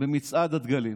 במצעד הדגלים.